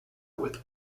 with